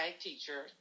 teacher